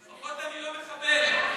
לפחות אני לא מחבל.